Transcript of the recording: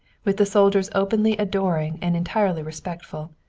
with the soldiers openly adoring and entirely respectful,